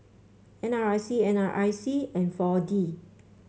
N R I C N R I C and four D